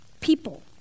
people